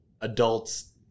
adults